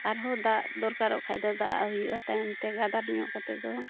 ᱟᱨᱦᱚᱸ ᱫᱟᱜ ᱫᱚᱨᱠᱟᱨᱚᱜ ᱠᱷᱟᱱᱫᱚ ᱫᱟᱜᱟᱜ ᱦᱩᱭᱩᱜᱼᱟ ᱛᱟᱭᱚᱢᱛᱮ ᱜᱟᱫᱟᱨ ᱧᱚᱜ ᱠᱟᱛᱮᱫ ᱫᱚ